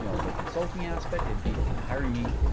you know the consulting aspect, it'd be hiring me,